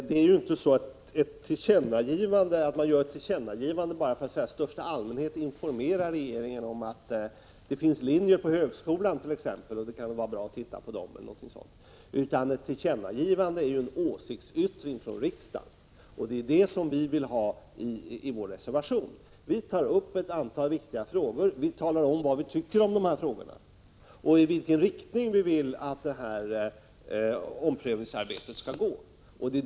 Fru talman! Man gör ju inte ett tillkännagivande bara för att i största allmänhet informera regeringen t.ex. om att det finns linjer på högskolan och att det kan vara bra att titta på dem, utan ett tillkännagivande är en åsiktsyttring från riksdagen. Det är avsikten med vår reservation, där vi tar upp ett antal viktiga frågor. Vi talar om vad vi tycker i dessa frågor och i vilken riktning vi vill att omprövningsarbetet skall gå.